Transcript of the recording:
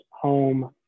home